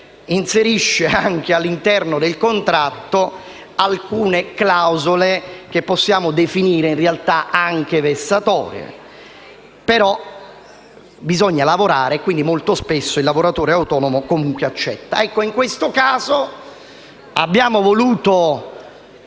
inserisce anche all’interno del contratto alcune clausole che possiamo definire, in realtà, anche vessatorie. Bisogna lavorare, però, e molto spesso il lavoratore autonomo accetta comunque. In questo caso abbiamo voluto